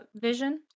vision